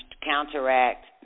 counteract